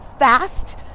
Fast